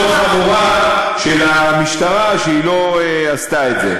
חמורה של המשטרה שהיא לא עשתה את זה.